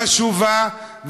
חשובה,